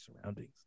surroundings